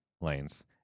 lanes